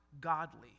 godly